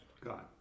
God